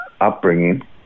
upbringing